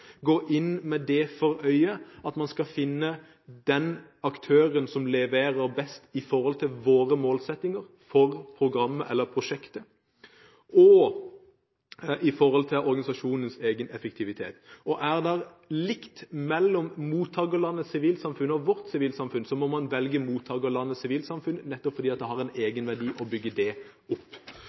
gå inn med det for øyet at man skal finne den aktøren som leverer best både når det gjelder målsettinger for programmet eller prosjektet, og når det gjelder organisasjonens egen effektivitet. Er det likt mellom mottakerlandets sivilsamfunn og vårt sivilsamfunn, må man velge mottakerlandets sivilsamfunn nettopp fordi det har en egenverdi å bygge det opp.